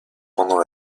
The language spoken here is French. pendant